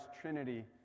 Trinity